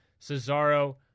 Cesaro